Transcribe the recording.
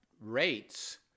rates